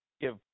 give